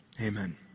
Amen